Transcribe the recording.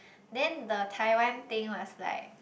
then the Taiwan thing was like